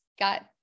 got